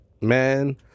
man